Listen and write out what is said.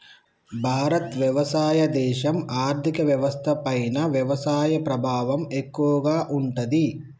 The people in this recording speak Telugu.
భారత్ వ్యవసాయ దేశం, ఆర్థిక వ్యవస్థ పైన వ్యవసాయ ప్రభావం ఎక్కువగా ఉంటది